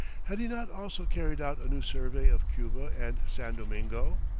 had he not also carried out a new survey of cuba and san domingo?